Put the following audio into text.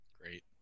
Great